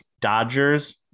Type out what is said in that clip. Dodgers